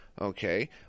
Okay